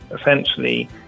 essentially